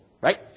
Right